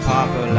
Papa